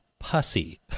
Pussy